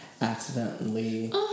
accidentally